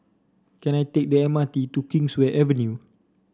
can I take the M R T to Kingswear Avenue